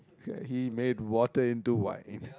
yeah he made water into wine